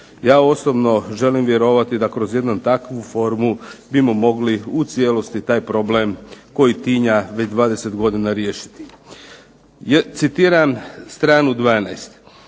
Ja osobno želim vjerovati da kroz jednu takvu formu bi mogli u cijelosti taj problem koji tinja već 20 godina riješiti. Citiram str. 12: